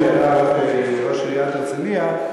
שהייתה ראש עיריית הרצלייה,